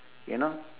you know